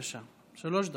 בבקשה, שלוש דקות.